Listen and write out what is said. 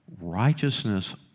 righteousness